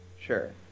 Sure